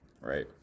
Right